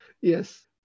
Yes